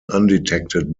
undetected